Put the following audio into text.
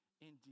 indeed